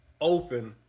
open